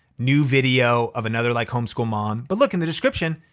new video of another like homeschool mom. but look in the description,